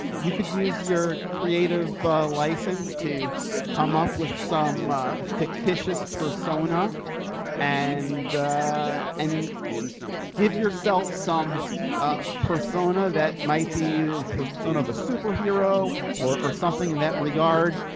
you could use your creative license to come up with some fictitious persona and and give yourself some ah persona that might be the persona of a superhero or or something in that regard,